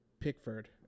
Pickford